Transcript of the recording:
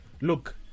look